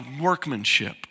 workmanship